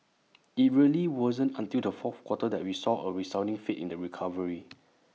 IT really wasn't until the fourth quarter that we saw A resounding faith in the recovery